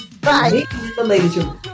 Bye